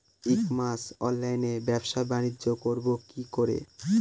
ই commerce অনলাইনে ব্যবসা বানিজ্য করব কি করে?